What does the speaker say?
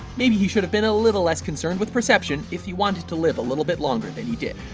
maybe he should have been a little less concerned with perception if he wanted to live a little bit longer than he did.